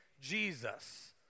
Jesus